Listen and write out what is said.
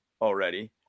already